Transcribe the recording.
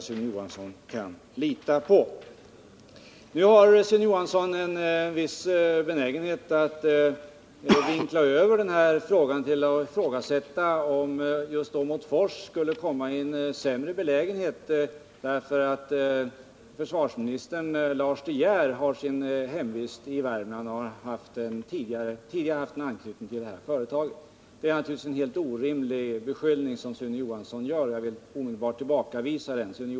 Sune Johansson har en viss benägenhet att vinkla över debatten till att gälla det förhållandet att försvarsministern Lars De Geer har sin hemvist i Värmland och tidigare har haft anknytning till ett av de berörda företagen. Sune Johansson ifrågasätter om inte Åmotfors därför kommer i en sämre belägenhet. Det är naturligtvis en helt orimlig beskyllning som Sune Johansson gör, och jag vill omedelbart tillbakavisa den.